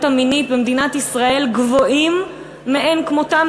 המינית במדינת ישראל גבוהים מאין כמותם,